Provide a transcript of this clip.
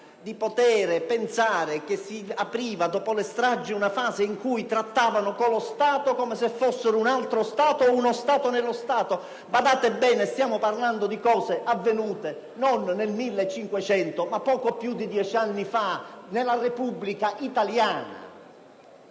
dopo le stragi si sarebbe aperta una fase in cui avrebbero trattato con lo Stato come se fossero stati un altro Stato o uno Stato nello Stato. Badate bene, stiamo parlando di cose avvenute non nel 1500, ma poco più di dieci anni fa, nella Repubblica italiana.